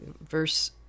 verse